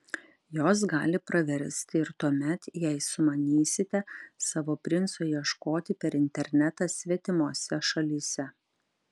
jos gali praversti ir tuomet jei sumanysite savo princo ieškoti per internetą svetimose šalyse